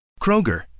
Kroger